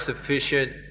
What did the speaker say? sufficient